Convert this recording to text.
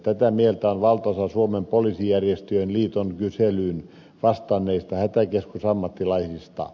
tätä mieltä on valtaosa suomen poliisijärjestöjen liiton kyselyyn vastanneista hätäkeskusammattilaisista